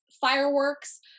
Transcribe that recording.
fireworks